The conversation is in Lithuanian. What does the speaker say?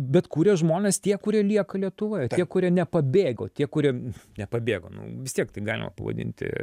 bet kuria žmonės tie kurie lieka lietuvoje tie kurie nepabėgo tie kurie nepabėgo nu vis tiek tai galima pavadinti